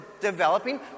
developing